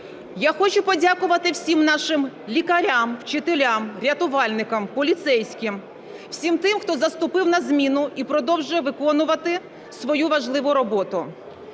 Я хочу подякувати всім нашим лікарям, вчителям, рятувальникам, поліцейським, всім тим, хто заступив на зміну і продовжує виконувати свою важливу роботу.